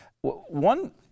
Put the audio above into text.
One